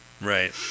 Right